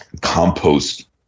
compost